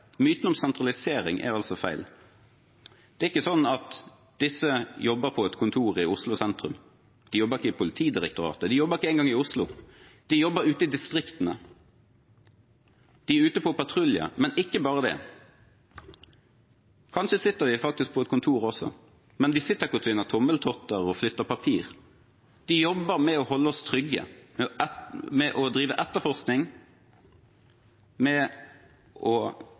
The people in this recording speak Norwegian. Myten om sentralisering er feil. Det er ikke sånn at disse jobber på et kontor i Oslo sentrum. De jobber ikke i Politidirektoratet. De jobber ikke engang i Oslo. De jobber ute i distriktene. De er ute på patrulje, men ikke bare det. Kanskje sitter de på et kontor også, men de sitter ikke og tvinner tommeltotter og flytter papir. De jobber med å holde oss trygge, med å drive etterforskning, med å drive forebyggende arbeid, med å